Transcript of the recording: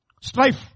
Strife